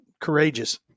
Courageous